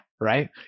Right